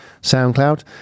SoundCloud